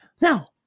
now